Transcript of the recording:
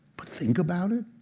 but think about it,